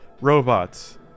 robots